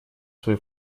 свой